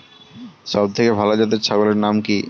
সবথেকে ভালো জাতের ছাগলের নাম কি?